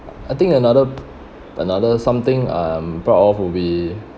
I think another another something I'm proud of would be